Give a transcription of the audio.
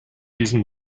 diesem